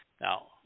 Now